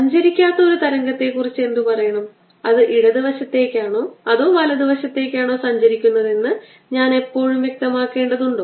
സഞ്ചരിക്കാത്ത ഒരു തരംഗത്തെക്കുറിച്ച് എന്തു പറയണം അത് ഇടതുവശത്തേക്കാണോ അതോ വലതുവശത്തേക്കാണോ സഞ്ചരിക്കുന്നതെന്ന് ഞാൻ എപ്പോഴും വ്യക്തമാക്കേണ്ടതുണ്ടോ